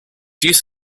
used